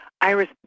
Iris